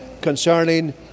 concerning